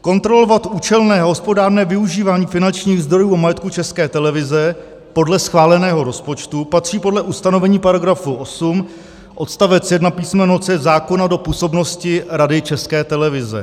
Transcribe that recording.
Kontrolovat účelné a hospodárné využívání finančních zdrojů a majetku České televize podle schváleného rozpočtu patří podle ustanovení § 8 odst. 1 písm. c) zákona do působnosti Rady České televize.